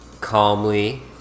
calmly